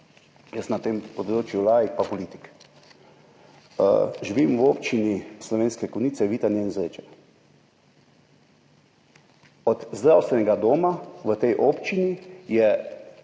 jaz na tem področju laik in politik. Živim v občinah Slovenske Konjice, Vitanje in v Zrečah. Od zdravstvenega doma v tej občini je